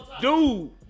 dude